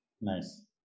nice